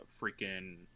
freaking